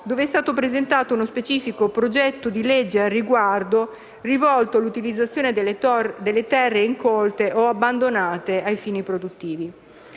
dove è stato presentato uno specifico progetto di legge al riguardo, rivolto all'utilizzazione delle terre incolte o abbandonate a fini produttivi.